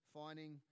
finding